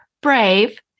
Brave